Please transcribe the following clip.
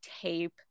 tape